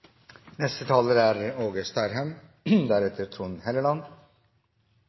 Neste taler er